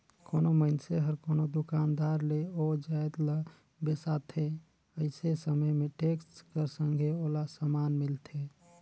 कोनो मइनसे हर कोनो दुकानदार ले ओ जाएत ल बेसाथे अइसे समे में टेक्स कर संघे ओला समान मिलथे